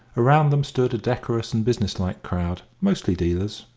around them stood a decorous and businesslike crowd, mostly dealers,